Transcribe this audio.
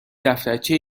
دفترچه